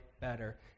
better